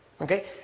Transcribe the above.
Okay